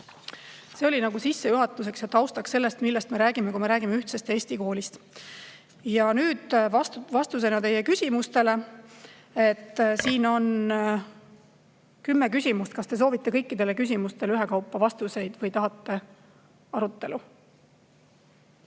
See oli sissejuhatuseks ja taustaks sellele, millest me räägime, kui me räägime ühtsest Eesti koolist. Ja nüüd vastused teie küsimustele. Siin on kümme küsimust. Kas te soovite kõikidele küsimustele ühekaupa vastuseid või tahate arutelu?